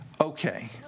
Okay